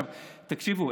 תקשיבו,